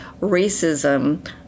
racism